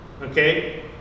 Okay